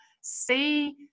see